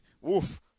Woof